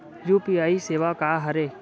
UPI सेवा का हरे?